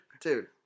Dude